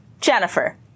Jennifer